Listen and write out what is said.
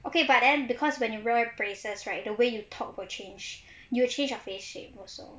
okay but then because when you wear braces right the way you talk will change you will change your face shape also